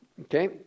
Okay